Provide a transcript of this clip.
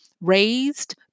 raised